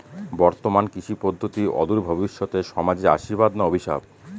বর্তমান কৃষি পদ্ধতি অদূর ভবিষ্যতে সমাজে আশীর্বাদ না অভিশাপ?